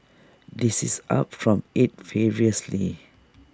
this is up from eight previously